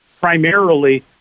primarily